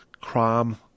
crime